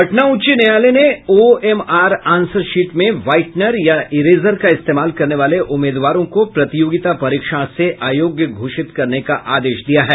पटना उच्च न्यायालय ने ओएमआर आँसर शीट में व्हाइटनर या इरेजर का इस्तेमाल करने वाले उम्मीदवारों को प्रतियोगिता परीक्षा से अयोग्य घोषित करने का आदेश दिया है